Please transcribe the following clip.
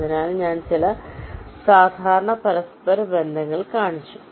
അതിനാൽ ഞാൻ ചില സാധാരണ പരസ്പര ബന്ധങ്ങൾ കാണിച്ചു